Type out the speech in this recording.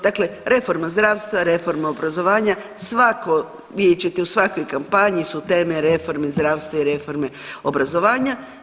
Dakle, reforma zdravstva, reforma obrazovanja svatko, vidjet ćete u svakoj kampanji su teme reforme zdravstva i reforme obrazovanja.